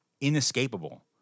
inescapable